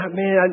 man